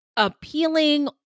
appealing